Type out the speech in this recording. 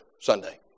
Sunday